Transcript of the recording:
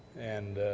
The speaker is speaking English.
and